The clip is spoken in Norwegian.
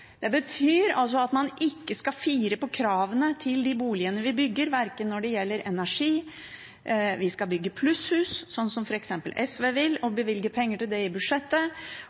Det betyr at man ikke skal fire på kravene til de boligene vi bygger, når det gjelder energi – vi skal bygge plusshus, slik f.eks. SV vil, og bevilge penger til det i budsjettet.